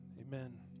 amen